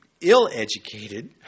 ill-educated